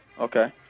Okay